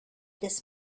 this